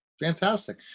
Fantastic